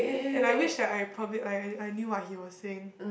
and I wished that I probably like I I knew what he was saying